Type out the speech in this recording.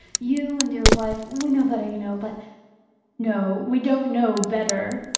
you and your wife. we know better, you know, but no, we don't know better,